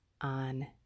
on